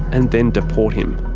and then deport him.